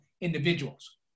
individuals